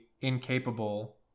incapable